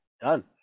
Done